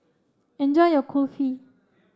enjoy your Kulfi